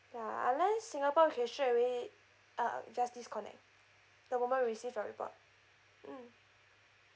ya unless singapore we can straightaway uh just disconnect the moment we receive your report mm